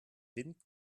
wind